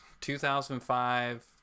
2005